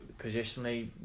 positionally